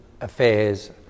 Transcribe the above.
affairs